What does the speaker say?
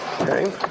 Okay